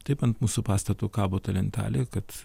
taip ant mūsų pastato kabo ta lentelė kad